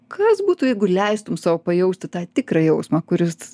kas būtų jeigu leistum sau pajausti tą tikrą jausmą kuris